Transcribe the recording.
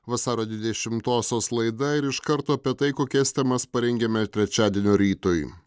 vasario dvidešimtosios laida ir iš karto apie tai kokias temas parengiame trečiadienio rytui